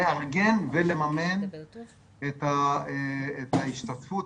לארגן ולממן את ההשתתפות,